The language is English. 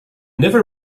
never